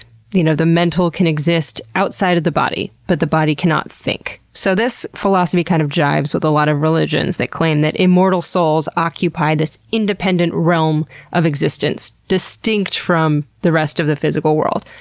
the you know the mental can exist outside of the body, but the body cannot think. so, this philosophy kind of jives with a lot of religions that claim that immortal souls occupy this independent realm of existence distinct from the rest of the physical world.